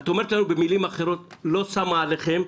את אומרת לנו במילים אחרות: לא שמה עליכם.